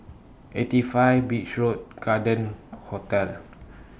eighty five Beach Road Garden Hotel